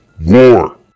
war